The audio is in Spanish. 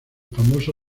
famoso